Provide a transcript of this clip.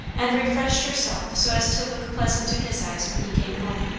and refreshed herself so as to look pleasant to his eyes when he came home.